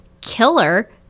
killer